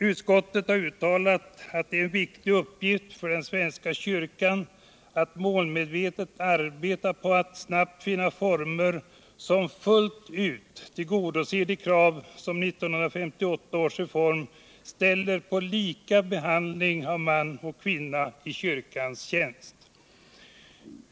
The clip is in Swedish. Utskottet har uttalat att det är en viktig uppgift för den svenska kyrkan att målmedvetet arbeta på att snabbt finna former som fullt ut tillgodoser de krav som 1958 års reform ställer på lika behandling av man och kvinna i kyrkans tjänst.